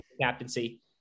captaincy